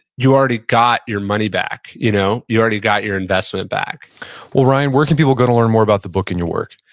you already got your money back, you know you already got your investment back well, ryan, where can people go to learn more about the book and your work?